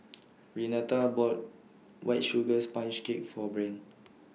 Renata bought White Sugar Sponge Cake For Breann